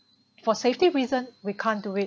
for safety reason we can't do it